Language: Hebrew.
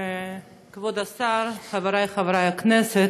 כבוד השר, חברי חברי הכנסת,